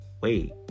wait